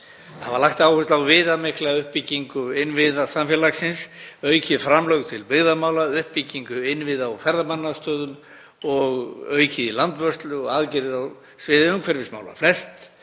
Þau hafa lagt áherslu á viðamikla uppbyggingu innviða samfélagsins, aukið framlög til byggðamála, uppbyggingu innviða á ferðamannastöðum og aukið í landvörslu og aðgerðir á sviði umhverfismála. Flest